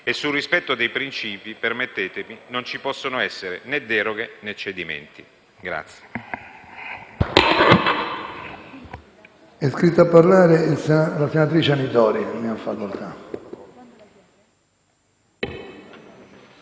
e sul rispetto dei principi - permettetemi - non ci possono essere né deroghe né cedimenti.